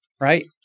right